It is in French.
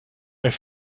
elle